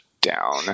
down